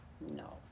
No